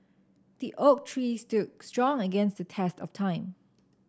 the oak tree stood strong against the test of time